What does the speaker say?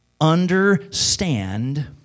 understand